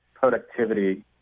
productivity